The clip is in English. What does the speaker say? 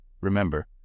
Remember